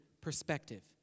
perspective